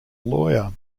lawyer